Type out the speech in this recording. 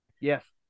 Yes